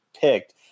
picked